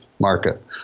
market